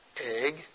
egg